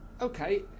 Okay